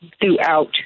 throughout